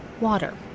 water